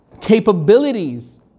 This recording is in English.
capabilities